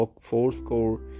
fourscore